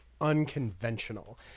unconventional